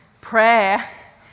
prayer